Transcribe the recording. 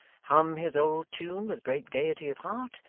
hum his old tune with great gaiety of heart,